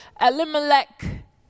Elimelech